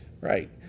Right